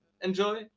enjoy